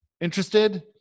interested